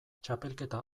txapelketa